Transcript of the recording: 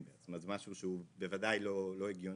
זאת אומרת זה משהו שהוא בוודאי לא הגיוני.